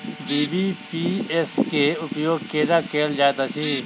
BBPS केँ उपयोग केना कएल जाइत अछि?